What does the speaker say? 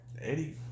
Eddie